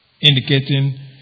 indicating